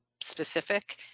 specific